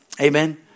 Amen